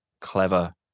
clever